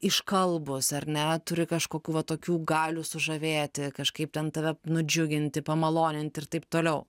iškalbūs ar ne turi kažkokių va tokių galių sužavėti kažkaip ten tave nudžiuginti pamaloninti ir taip toliau